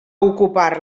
ocupar